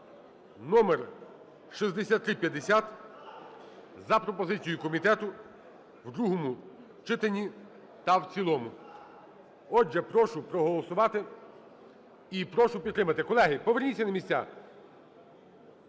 (№ 6350) за пропозицією комітету в другому читанні та в цілому. Отже, прошу проголосувати і прошу підтримати. Колеги, поверніться на місця.